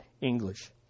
English